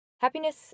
Happiness